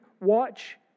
watch